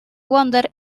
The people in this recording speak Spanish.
wonder